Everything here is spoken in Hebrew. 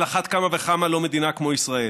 על אחת כמה וכמה לא מדינה כמו ישראל.